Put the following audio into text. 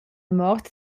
mort